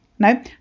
No